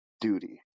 duty